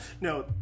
No